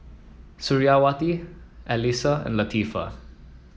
Suriawati Alyssa and Latifa